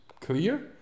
clear